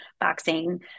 boxing